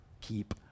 keep